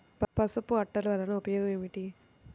పసుపు అట్టలు వలన ఉపయోగం ఏమిటి?